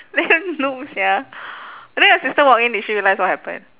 damn noob sia and then your sister walk in did she realise what happen